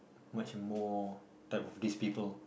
much more type of this people